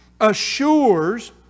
assures